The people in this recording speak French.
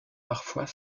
parfois